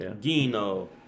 Gino